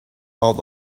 out